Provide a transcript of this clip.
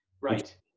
Right